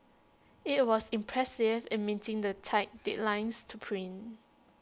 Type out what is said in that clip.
IT was impressive in meeting the tight deadlines to print